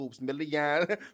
Million